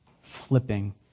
flipping